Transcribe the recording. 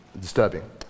disturbing